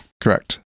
correct